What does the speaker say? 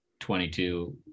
22